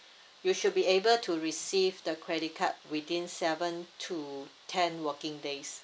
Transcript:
you should be able to receive the credit card within seven to ten working days